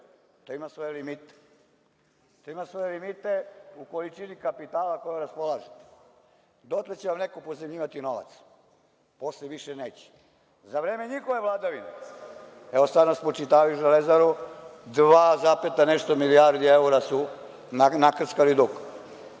to ima svoje limite. To ima svoje limite u količini kapitala kojim raspolažete. Dotle će vam neko pozajmljivati novac, posle više neće.Za vreme njihove vladavine, evo sada spočitavaju „Železaru“, dve zarez nešto milijardi evra su nakrckali duga,